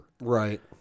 Right